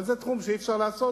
אבל זה דבר שאי-אפשר לעשות,